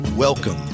Welcome